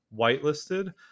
whitelisted